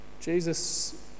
Jesus